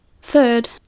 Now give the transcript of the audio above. Third